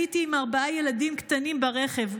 הייתי עם ארבעה ילדים קטנים ברכב.